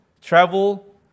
travel